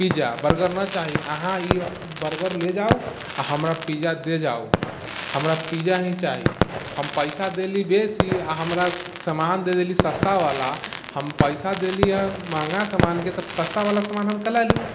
pizza burger नहि चाही अहाँ ई बर्गर लऽ जाउ आओर हमरा पिज्जा दऽ जाउ हमरा पिज्जा ही चाही हम पइसा देली बेसी आओर हमरा समान दे देली सस्तावला हम पइसा देलीहँ महँगा समानके तऽ सस्तावला समान हम कए लए लू